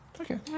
Okay